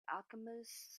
alchemists